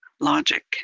logic